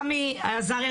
תמי עזרא,